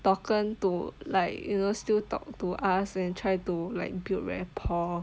talked to like you know still talk to us and try to build rapport